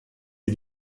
ich